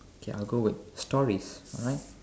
okay I'll go with stories all right